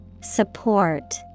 Support